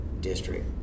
district